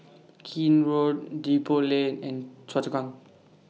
Keene Road Depot Lane and Choa Chu Kang